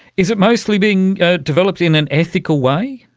is it mostly being developed in an ethical way?